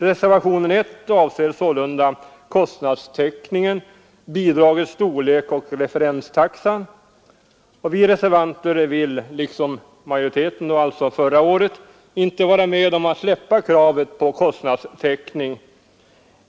Reservationen 1 avser sålunda kostnadstäckningen, bidragets storlek och referenstaxan. Vi reservanter vill — liksom majoriteten förra året — inte vara med om att släppa kravet på kostnadstäckning.